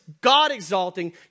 God-exalting